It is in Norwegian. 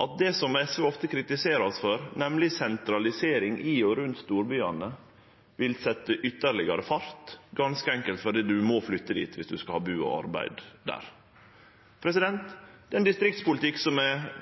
at det som SV ofte kritiserer oss for, nemleg sentralisering i og rundt storbyane, vil få ytterlegare fart, ganske enkelt fordi ein må flytte dit om ein skal bu og ha arbeid der. Det er en politikk som er